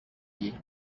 gihe